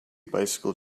bicycle